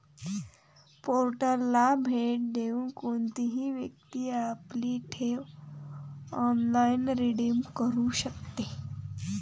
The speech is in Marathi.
पोर्टलला भेट देऊन कोणतीही व्यक्ती आपली ठेव ऑनलाइन रिडीम करू शकते